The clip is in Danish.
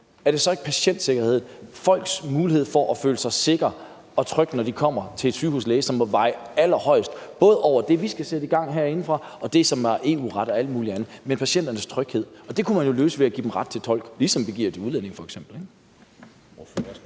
er det så ikke patientsikkerheden, folks mulighed for at føle sig sikre og trygge, når de kommer til en sygehuslæge, som må veje allertungest, både i forhold til det, vi skal sætte i gang herindefra, og i forhold til det, som er EU-ret og alt muligt andet? Det problem kunne man jo løse ved at give dem ret til tolk, ligesom vi f.eks.